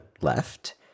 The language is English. left